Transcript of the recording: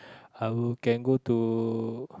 I will can go to